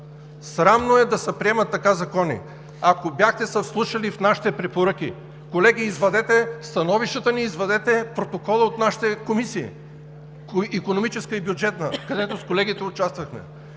Срамно е да се приемат така закони. Да бяхте се вслушали в нашите препоръки, колеги, извадете становищата ни, извадете протокола от нашите комисии – Икономическа и Бюджетна, където с колегите участвахме.